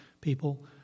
people